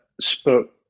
spoke